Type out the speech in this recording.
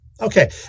Okay